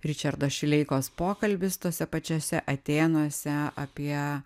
ričardo šileikos pokalbis tuose pačiuose atėnuose apie